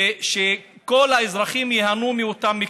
ושכל האזרחים ייהנו מאותם מקרקעין.